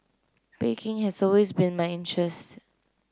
baking has always been my interest